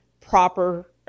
proper